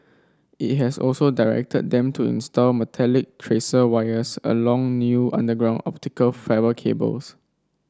it has also directed them to install metallic tracer wires along new underground optical fibre cables